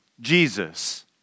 Jesus